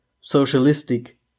socialistic